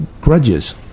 grudges